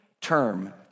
term